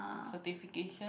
certification